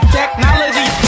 technology